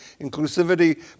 inclusivity